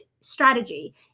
strategy